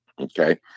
Okay